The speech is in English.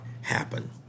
happen